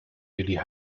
jullie